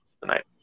tonight